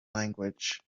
language